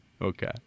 Okay